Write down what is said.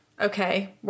okay